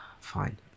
Fine